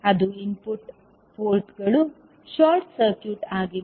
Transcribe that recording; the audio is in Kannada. ಅದು ಇನ್ಪುಟ್ ಪೋರ್ಟುಗಳು ಶಾರ್ಟ್ ಸರ್ಕ್ಯೂಟ್ ಆಗಿದೆ